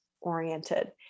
oriented